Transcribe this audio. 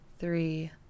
three